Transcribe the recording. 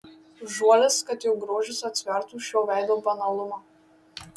žuolis kad jo grožis atsvertų šio veido banalumą